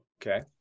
Okay